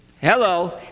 Hello